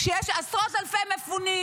כשיש עשרות אלפי מפונים,